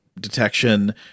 detection